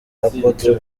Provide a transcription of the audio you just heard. apotre